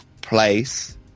place